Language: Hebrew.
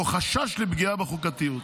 או חשש לפגיעה בחוקתיות.